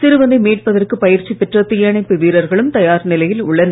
சிறுவனை மீட்பதற்கு பயிற்சி பெற்ற தீயணைப்பு வீரர்களும் தயார் நிலையில் உள்ளனர்